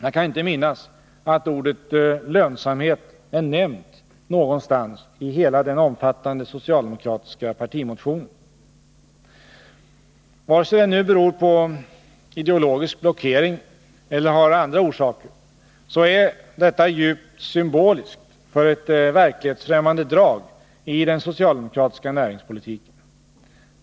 Jag kan inte minnas att ordet lönsamhet är nämnt någonstans i hela den Vare sig det nu beror på ideologisk blockering eller har andra orsaker, så är detta djupt symboliskt för ett verklighetsfrämmande drag i den socialdemokratiska näringspolitiken.